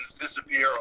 disappear